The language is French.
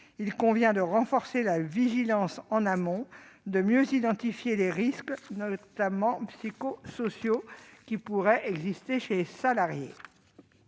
Il convient de renforcer la vigilance en amont et de mieux identifier les risques, notamment psychosociaux, susceptibles de toucher les salariés.